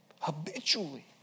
Habitually